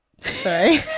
sorry